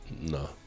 No